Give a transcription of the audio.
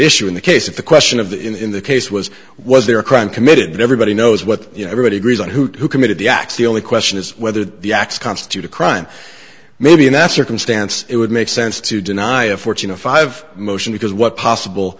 issue in the case of the question of the in the case was was there a crime committed everybody knows what everybody agrees on who committed the acts the only question is whether the acts constitute a crime maybe in that circumstance it would make sense to deny a fortune a five motion because what possible